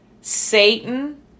Satan